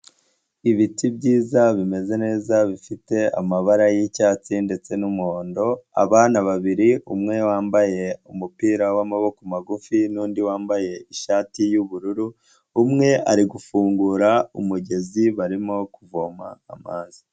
Ibiti byiza bimeze neza, bifite amabara y'icyatsi ndetse n'umuhondo, abana babiri umwe wambaye umupira w'amaboko magufi n'undi wambaye ishati y'ubururu, umwe ari gufungura umugezi, barimo kuvoma amazi.